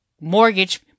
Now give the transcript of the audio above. mortgage